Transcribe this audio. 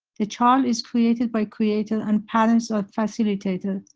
the child is created by creator and parents are facilitators,